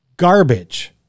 garbage